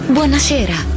Buonasera